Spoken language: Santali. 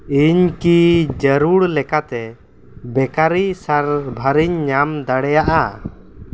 ᱤᱧ ᱠᱤ ᱡᱟᱹᱨᱩᱲ ᱞᱮᱠᱟᱛᱮ ᱵᱮᱠᱟᱨᱤ ᱥᱟᱨᱵᱷᱟᱨᱤᱧ ᱧᱟᱢ ᱫᱟᱲᱮᱭᱟᱜᱼᱟ